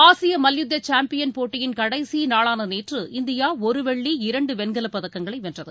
ஆசிய மல்யுத்த சாம்பியன் போட்டியின் கடைசி நாளான நேற்று இந்தியா ஒரு வெள்ளி இரண்டு வெண்கலப் பதக்கங்களை வென்றது